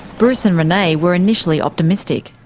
bruce and renee were initially optimistic.